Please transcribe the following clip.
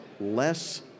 less